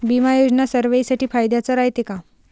बिमा योजना सर्वाईसाठी फायद्याचं रायते का?